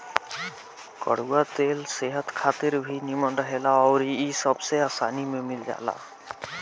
कड़ुआ तेल सेहत खातिर भी निमन रहेला अउरी इ सबसे आसानी में मिल जाला